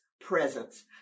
presence